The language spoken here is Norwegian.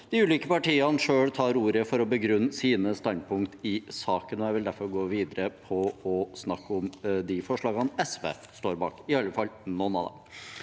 de ulike partiene selv tar ordet for å begrunne sine standpunkt i saken, og jeg vil derfor gå videre på å snakke om de forslagene SV står bak – i alle fall noen av dem.